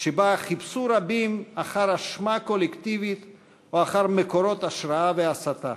שבה חיפשו רבים אחר אשמה קולקטיבית או אחר מקורות השראה והסתה,